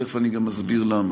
תכף אני גם אסביר למה.